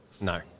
No